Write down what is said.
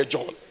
John